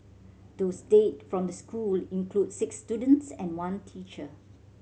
those dead from the school include six students and one teacher